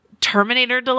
Terminator